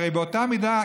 הרי באותה מידה,